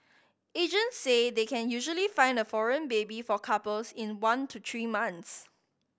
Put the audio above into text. agents say they can usually find a foreign baby for couples in one to three months